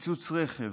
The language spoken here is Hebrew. פיצוץ רכב,